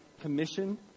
commission